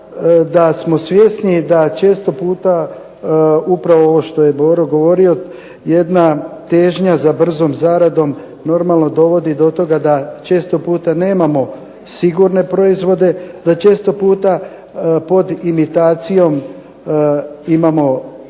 da smo svjesni da često puta upravo ovo što je Boro govorio jedna težnja za brzom zaradom normalno vodi do toga da često puta nemamo sigurne proizvode, da često puta pod imitacijom imamo